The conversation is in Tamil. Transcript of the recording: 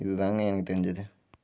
இதுதாங்க எனக்கு தெரிஞ்சது